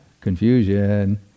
Confusion